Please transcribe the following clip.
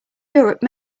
europe